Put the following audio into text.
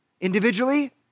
individually